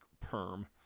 perm